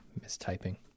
mistyping